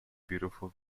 beautiful